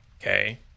okay